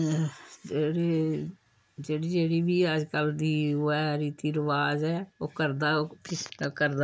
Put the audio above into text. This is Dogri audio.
ते फ्ही जेह्ड़ी जेह्ड़ी बी अजकल्ल दी ओह् ऐ रीति रिवाज ऐ ओह् करदा करदा